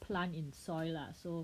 plant in soil lah so